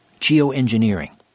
Geoengineering